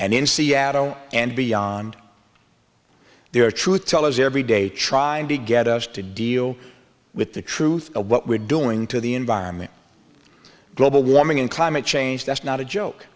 and in seattle and beyond there are truth tellers every day trying to get us to deal with the truth of what we're doing to the environment global warming and climate change that's not a joke